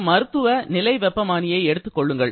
ஒரு மருத்துவ நிலை வெப்பமானியை எடுத்துக்கொள்ளுங்கள்